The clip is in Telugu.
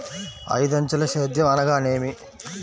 ఐదంచెల సేద్యం అనగా నేమి?